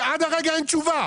ועד הרגע אין תשובה.